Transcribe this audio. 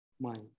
mind